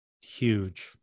Huge